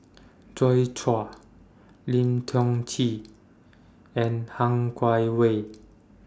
Joi Chua Lim Tiong Ghee and Han Guangwei